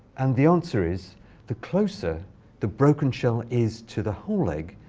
and the answer is the closer the broken shell is to the whole egg,